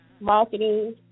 marketing